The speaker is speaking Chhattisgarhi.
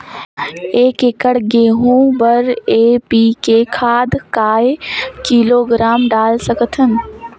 एक एकड़ गहूं बर एन.पी.के खाद काय किलोग्राम डाल सकथन?